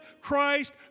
Christ